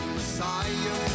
Messiah